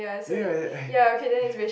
ya ya I I